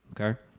okay